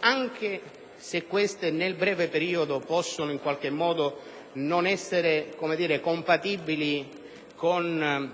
anche se nel breve periodo possono non essere compatibili con